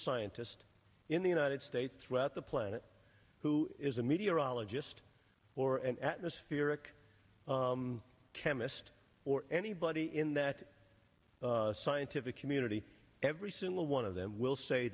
scientist in the united states throughout the planet who is a meteorologist or an atmosphere a chemist or anybody in that scientific community every single one of them will say